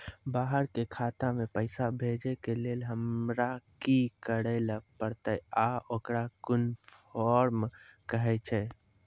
बाहर के खाता मे पैसा भेजै के लेल हमरा की करै ला परतै आ ओकरा कुन फॉर्म कहैय छै?